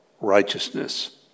righteousness